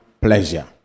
pleasure